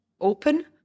open